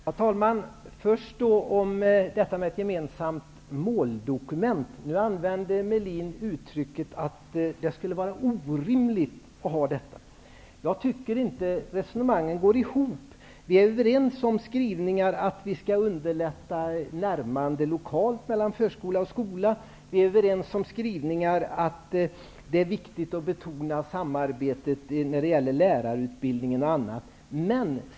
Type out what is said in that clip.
Herr talman! Först har vi frågan om ett gemensamt måldokument. Ulf Melin använder uttrycket att det skulle vara orimligt med något sådant. Jag tycker inte att resonemangen går ihop. Vi är överens om skrivningen att vi skall underlätta ett lokalt närmande mellan förskola och skola. Vi är överens om skrivningar om att det är viktigt att betona samarbete i lärarutbildningen osv.